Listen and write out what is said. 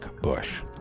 Bush